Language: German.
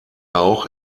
auch